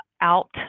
out